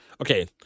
okay